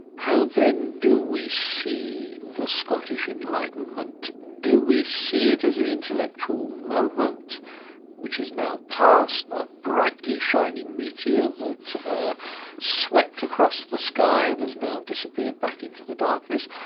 how then do we see the scottish enlightenment? do we see it as an intellectual moment which is now passed, a brightly shining meteor that swept across the sky and has now disappeared back into the darkness?